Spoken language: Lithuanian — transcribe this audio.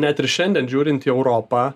net ir šiandien žiūrint į europą